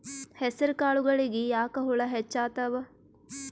ಹೆಸರ ಕಾಳುಗಳಿಗಿ ಯಾಕ ಹುಳ ಹೆಚ್ಚಾತವ?